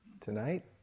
Tonight